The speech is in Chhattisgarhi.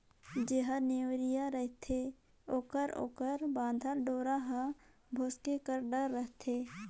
जेहर नेवरिया रहथे ओकर ओकर बाधल डोरा हर भोसके कर डर रहथे